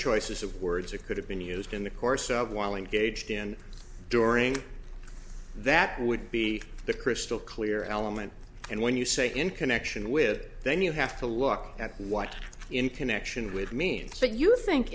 choices of words or could have been used in the course of whiling gauged in during that would be the crystal clear element and when you say in connection with it then you have to look at what in connection with means that you think